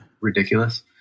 Ridiculous